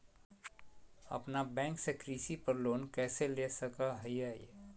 अपना बैंक से कृषि पर लोन कैसे ले सकअ हियई?